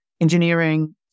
engineering